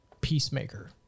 peacemaker